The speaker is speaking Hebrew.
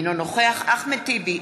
אינו נוכח אחמד טיבי,